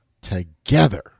together